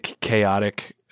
chaotic